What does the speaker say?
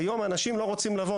היום אנשים לא רוצים לבוא.